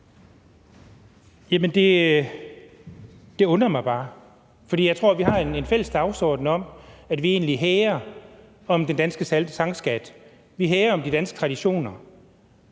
(DF): Det undrer mig bare, for jeg tror, at vi har en fælles dagsorden om, at vi hæger om den danske sangskat, at vi hæger om de danske traditioner,